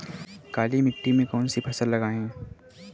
काली मिट्टी में कौन सी फसल लगाएँ?